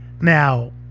Now